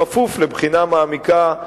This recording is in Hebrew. בכפוף לבחינה מעמיקה,